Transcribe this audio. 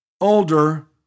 older